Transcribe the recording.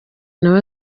nawe